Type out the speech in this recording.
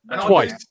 twice